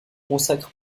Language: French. consacre